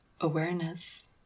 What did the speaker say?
awareness